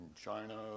China